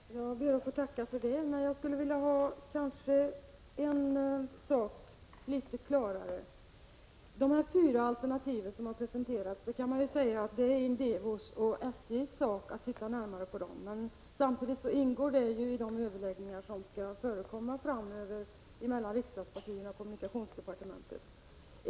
Fru talman! Jag ber att få tacka för det. Men jag skulle vilja ha en sak litet mera klarlagd. Man kan säga att det är Indevos och SJ:s sak att titta närmare på de fyra alternativ som har presenterats, men samtidigt ingår de i de överläggningar som skall äga rum framöver mellan riksdagspartierna och kommunikationsdepartementet.